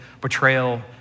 Betrayal